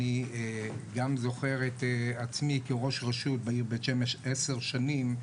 אני גם זוכר את עצמי כראש רשות בעיר בית שמש עשר שנים,